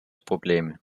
probleme